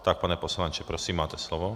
Tak, pane poslanče, prosím, máte slovo.